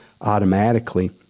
automatically